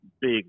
big